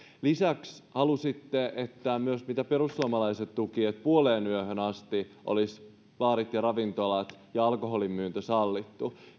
lisäksi halusitte mitä myös perussuomalaiset tuki että puoleenyöhön asti olisivat baarit ja ravintolat auki ja alkoholin myynti sallittu